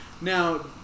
Now